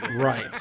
Right